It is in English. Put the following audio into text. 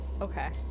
Okay